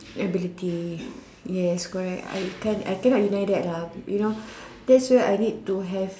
ability yes correct I can I cannot deny that lah there's where I need to have